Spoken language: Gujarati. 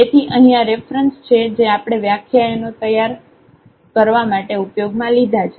તેથી અહીં આ રેફરન્સ છે જે આપણે વ્યાખ્યાનો તૈયાર કરવા માટે ઉપયોગમાં લીધા છે